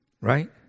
right